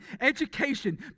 education